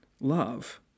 Love